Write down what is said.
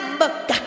book